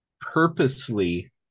purposely